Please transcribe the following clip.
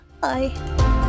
bye